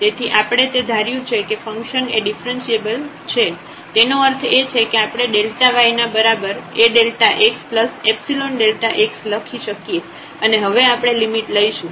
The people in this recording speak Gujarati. તેથી આપણે તે ધાર્યું છે કે ફંકશન એ ડિફ્રન્સિએબલ છે તેનો અર્થ એ છે કે આપણે y ના બરાબર AΔxϵΔx લખી શકીએ અને હવે આપણે લિમિટ લઈશું